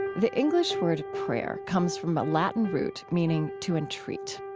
the english word prayer comes from a latin root meaning to entreat,